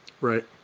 Right